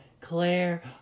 Claire